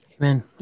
Amen